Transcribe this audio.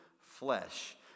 flesh